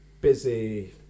busy